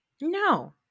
No